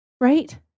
Right